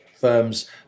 firms